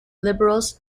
liberals